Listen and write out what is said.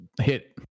hit